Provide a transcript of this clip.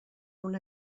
una